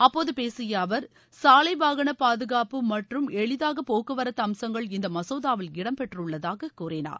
அப்போது பேசிய அவர் சாலை வாகன பாதுகாப்பு மற்றும் எளிதாக போக்குவரத்து அம்சங்கள் இந்த மசோதாவில் இடம் பெற்றுள்ளதாக கூறினார்